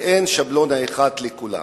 ואין שבלונה אחת לכולם.